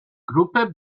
gruppe